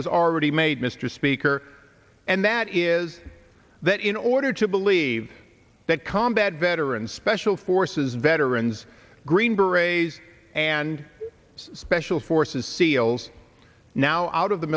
has already made mr speaker and that is that in order to believe that combat veterans special forces veterans green berets and special forces seals now out of the